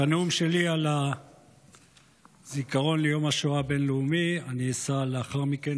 את הנאום שלי על הזיכרון ליום השואה הבין-לאומי אני אשא לאחר מכן,